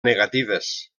negatives